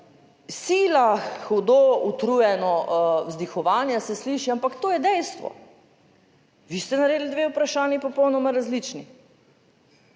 sila hudo, utrujeno vzdihovanje se sliši, ampak to je dejstvo. Vi ste naredili dve vprašanji, popolnoma različni,